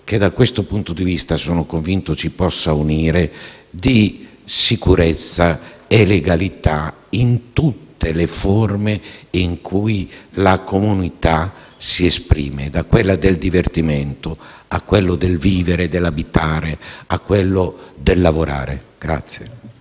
ma piuttosto un concetto che sono convinto ci possa unire, di sicurezza e legalità in tutte le forme in cui la comunità si esprime, da quella del divertimento, a quella del vivere, dell'abitare e del lavorare.